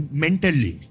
mentally